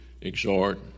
exhort